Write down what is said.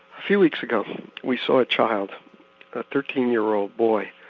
few weeks ago we saw a child, a thirteen year old boy,